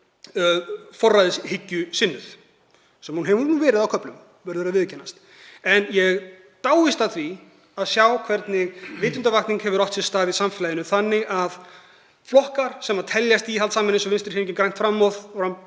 forræðishyggjusinnuð, sem hún hefur nú verið á köflum, verður að viðurkennast, en ég dáist að því að sjá hvernig vitundarvakning hefur átt sér stað í samfélaginu þannig að flokkar sem teljast íhaldssamir eins og Vinstrihreyfingin – grænt framboð